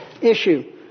issue